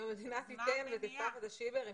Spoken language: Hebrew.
אם המדינה תיתן ותפתח את השיבר,